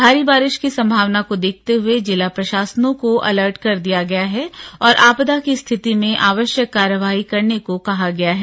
भारी बारिा की संभावना को देखते हुए सभी जिला प्राासनों को अलर्ट कर दिया गया है और आपदा की स्थित में आवयक कार्यवाही करने को कहा गया है